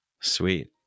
Sweet